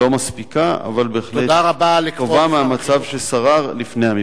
לא מספיקה, אבל בהחלט טובה מהמצב ששרר לפני המבצע.